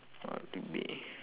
uh it'll be